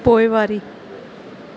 पोएं वारी